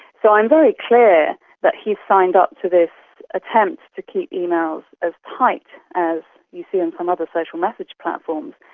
so i am very clear that he has signed up to this attempt to keep emails as tight as you see in some other social message platforms,